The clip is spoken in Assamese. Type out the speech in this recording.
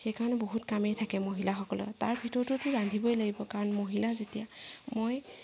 সেইকাৰণে বহুত কামেই থাকে মহিলাসকলৰ তাৰ ভিতৰতো ৰান্ধিবই লাগিব কাৰণ মহিলা যেতিয়া মই